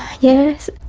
yes.